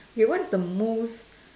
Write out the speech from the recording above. K what is the most